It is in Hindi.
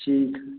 ठीक है